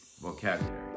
vocabulary